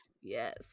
Yes